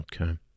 okay